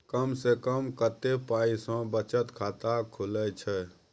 कम से कम कत्ते पाई सं बचत खाता खुले छै?